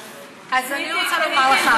אז אני רוצה לומר לך,